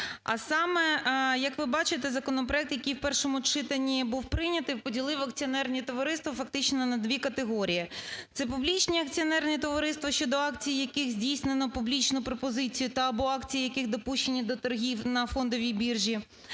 А саме як ви бачите, законопроект, який в першому читанні був прийнятий, поділив акціонерні товариства фактично на дві категорії. Це публічні акціонерні товариства щодо акцій, які здійснено публічно пропозиції, та бо акції, які допущені до торгів на фондовій біржі,